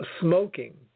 Smoking